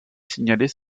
signalées